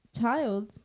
child